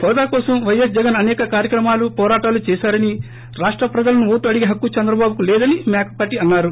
హోదా కోసం పైఎస్ జగన్ అసేక కార్యక్రమాలు పోరాటాలు చేశారని రాష్ట ప్రజలను ఓటు అడిగే హక్కు చంద్రబాబుకు లేదని మేకపాటి అన్నారు